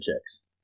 checks